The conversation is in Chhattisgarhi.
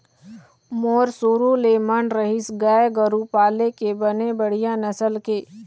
मोर शुरु ले मन रहिस गाय गरु पाले के बने बड़िहा नसल के